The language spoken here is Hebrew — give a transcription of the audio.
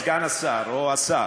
סגן השר או השר,